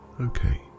Okay